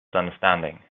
understanding